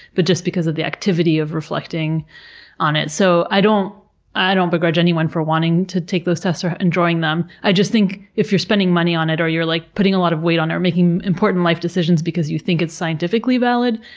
but just because of the activity of reflecting on it. so, i don't i don't begrudge anyone for wanting to take those tests or enjoying them. i just think, if you're spending money on it, or you're like putting a lot of weight on it, or making important life decisions because you think it's scientifically valid,